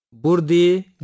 burdi